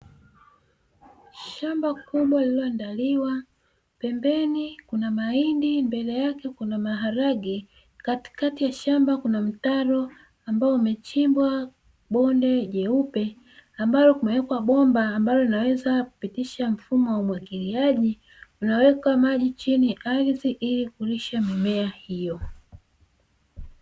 Shamba kubwa lililoandaliwa pembeni kuna mahindi mbele yake kuna maharage katikati ya shamba kuna mtaro, ambao umechimbwa bonde jeupe ambalo kumewekwa bomba ambalo linaweza kupitisha mfumo wa umwagiliaji, unaweka maji chini ya ardhini ili kulisha mimea hiyo.